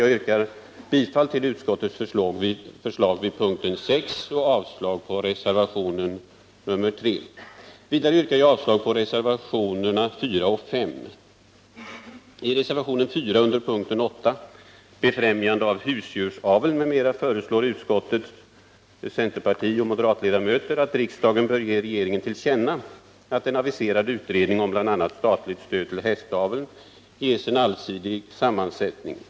Jag yrkar bifall till utskottets förslag vid punkten 6 och avslag på reservationen 3. Vidare yrkar jag avslag på reservationerna 4 och 5. I reservationen 4 under punkten 8, Befrämjande av husdjursaveln m.m., föreslår utskottets centerpartioch moderatledamöter att riksdagen som sin mening ger regeringen till känna att aviserad utredning om bl.a. statligt stöd till hästaveln ges en allsidig sammansättning.